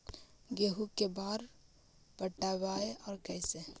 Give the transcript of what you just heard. गेहूं के बार पटैबए और कैसे?